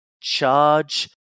charge